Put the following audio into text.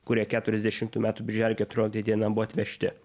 kurie keturiasdešimtų metų birželio keturioliktą dieną buvo atvežti